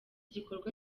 gikorwa